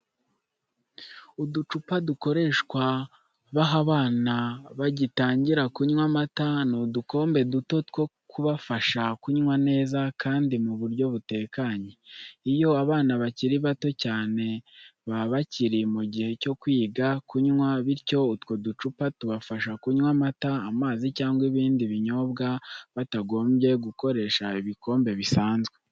Uducupa dukoreshwa baha abana bagitangira kunywa amata ni udukombe duto two kubafasha kunywa neza kandi mu buryo butekanye. Iyo abana bakiri bato cyane baba bakiri mu gihe cyo kwiga kunywa, bityo utwo uducupa tubafasha kunywa amata, amazi cyangwa ibindi binyobwa batagombye gukoresha ibikombe bisanzwe.